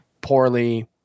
poorly